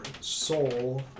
soul